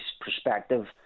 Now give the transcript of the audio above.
perspective